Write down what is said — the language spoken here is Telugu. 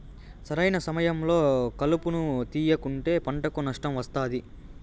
సరైన సమయంలో కలుపును తేయకుంటే పంటకు నష్టం వస్తాది